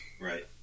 Right